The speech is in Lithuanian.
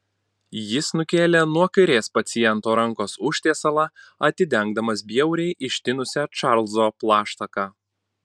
jis nukėlė nuo kairės paciento rankos užtiesalą atidengdamas bjauriai ištinusią čarlzo plaštaką